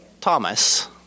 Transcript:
Thomas